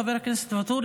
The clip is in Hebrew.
חבר הכנסת ואטורי,